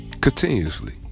Continuously